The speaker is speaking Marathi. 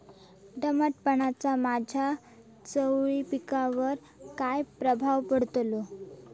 दमटपणाचा माझ्या चवळी पिकावर काय प्रभाव पडतलो?